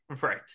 Right